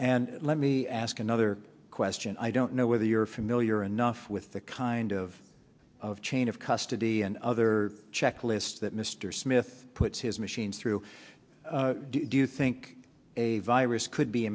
and let me ask another question i don't know whether you're familiar enough with the kind of of chain of custody and other checklists that mr smith puts his machine through do you think a virus could be